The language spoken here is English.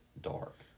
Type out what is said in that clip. dark